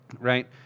right